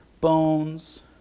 bones